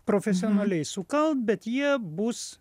profesionaliai sukalt bet jie bus